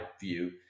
view